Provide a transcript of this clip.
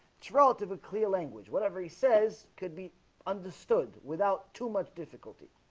it's relative a clear language whatever he says could be understood without too much difficulty